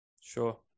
Sure